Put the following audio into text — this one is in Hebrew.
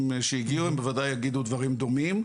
שהגיעו ממשרדי הממשלה השונים והם בוודאי יגידו דברים דומים.